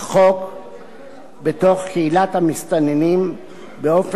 קהילת המסתננים באופן בלתי חוקי לישראל.